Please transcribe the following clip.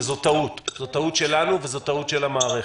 וזו טעות שלנו וטעות של המערכת.